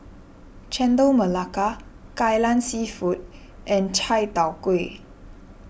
Chendol Melaka Kai Lan Seafood and Chai Tow Kuay